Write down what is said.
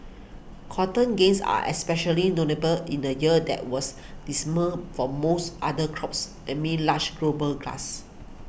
cotton's gains are especially notable in a year that was dismal for most other crops amid large global gluts